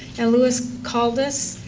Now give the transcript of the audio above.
and louis caldis,